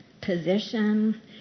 position